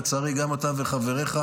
לצערי גם אתה וחבריך,